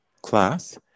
class